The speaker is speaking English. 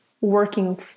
working